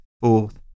Fourth